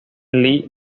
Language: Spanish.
lee